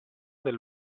del